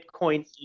bitcoin